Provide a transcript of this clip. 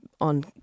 on